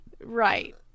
Right